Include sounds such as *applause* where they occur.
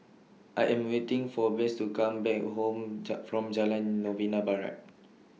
I Am waiting For Bess to Come Back Home *noise* from Jalan Novena Barat